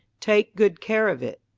take good care of it.